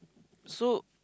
so